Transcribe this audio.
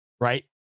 right